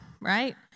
Right